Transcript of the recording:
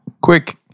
Quick